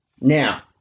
Now